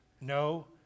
no